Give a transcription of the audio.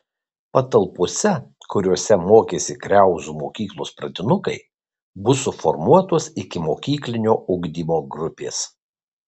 patalpose kuriose mokėsi kriauzų mokyklos pradinukai bus suformuotos ikimokyklinio ugdymo grupės